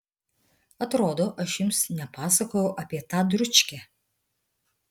atrodo aš jums nepasakojau apie tą dručkę